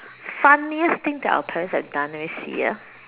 funniest thing that our parents have done let me see ah